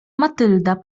matylda